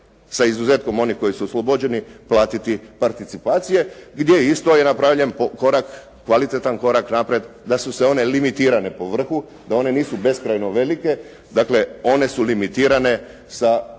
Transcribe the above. sa izuzetkom onih koji su oslobođeni platiti participacije gdje isto je napravljen po korak kvalitetan korak naprijed da su one limitirane po vrhu, da one nisu beskrajno velike. Dakle, one su limitirane sa određenom